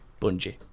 Bungie